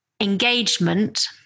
engagement